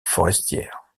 forestière